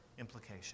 implication